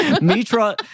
Mitra